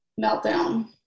meltdown